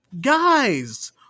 Guys